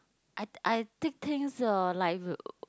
I I take things uh like